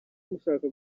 mushaka